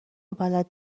بلد